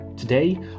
Today